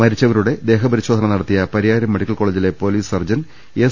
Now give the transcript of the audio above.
മരിച്ചവരുടെ ദേഹ പരിശോധന നടത്തിയ പരിയാരം മെഡിക്കൽ കോളജിലെ പോലീസ് സർജൻ എസ്